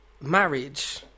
marriage